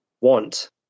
want